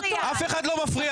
עכשיו אף אחד לא מפריע.